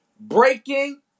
Breaking